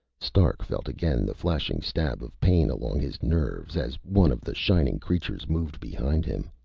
stark felt again the flashing stab of pain along his nerves, as one of the shining creatures moved behind him.